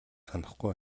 санахгүй